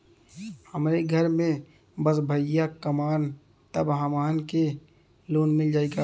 हमरे घर में बस भईया कमान तब हमहन के लोन मिल जाई का?